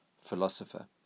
philosopher